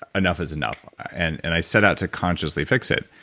enough is enough, and and i set out to consciously fix it.